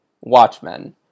Watchmen